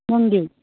ꯅꯪꯗꯤ